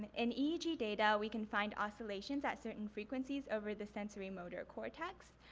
in eeg data we can find oscillations at certain frequencies over the sensory motor cortex.